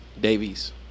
Davies